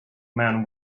men